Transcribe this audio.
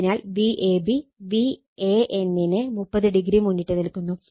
അതിനാൽ Vab Van നെ 30o മുന്നിട്ട് നിൽക്കുന്നു